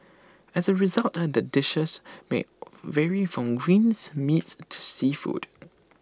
as A result the dishes may vary from greens meats to seafood